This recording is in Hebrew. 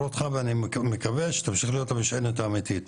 אותך ואני מקווה שתמשיך להיות המשענת האמיתית,